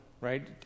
right